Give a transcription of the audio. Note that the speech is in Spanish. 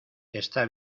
está